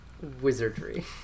Wizardry